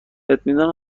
اطمینان